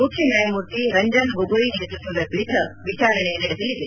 ಮುಖ್ಯ ನ್ಯಾಯಮೂರ್ತಿ ರಂಜನ್ ಗೊಗೋಯ್ ನೇತೃತ್ವದ ಪೀಠ ವಿಚಾರಣೆ ನಡೆಸಲಿದೆ